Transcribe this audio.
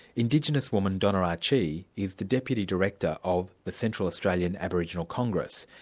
indigenous woman donna ah chee is the deputy director of the central australian aboriginal congress,